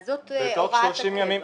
אז זאת הוראת הקבע.